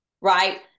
right